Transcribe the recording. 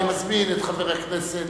אני מזמין את חבר הכנסת